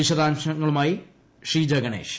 വിശദാംശങ്ങളുമായി ഷീജ ഗണേഷ്